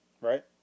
Right